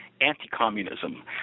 anti-communism